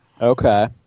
Okay